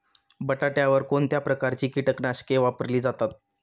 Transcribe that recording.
बटाट्यावर कोणत्या प्रकारची कीटकनाशके वापरली जातात?